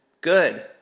Good